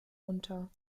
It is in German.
unter